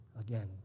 again